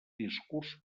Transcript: discurs